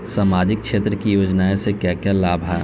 सामाजिक क्षेत्र की योजनाएं से क्या क्या लाभ है?